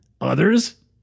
others